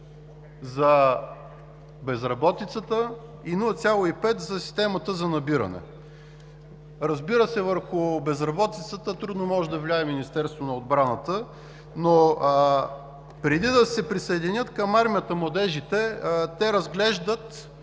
за безработицата, и 0,5 за системата за набиране. Разбира се, върху безработицата трудно може да влияе Министерството на отбраната, но преди да се присъединят към армията, младежите разглеждат